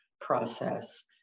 process